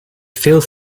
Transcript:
feels